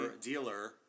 Dealer